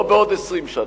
לא בעוד 20 שנה,